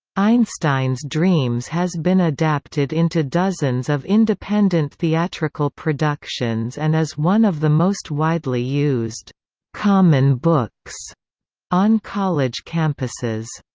einstein's dreams has been adapted into dozens of independent theatrical productions and is one of the most widely used common books on college campuses.